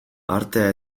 artea